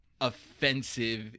Offensive